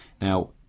Now